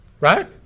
Right